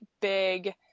big